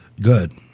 good